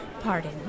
Pardon